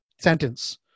sentence